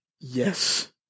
Yes